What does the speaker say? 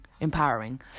empowering